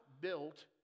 built